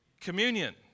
Communion